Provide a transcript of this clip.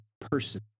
person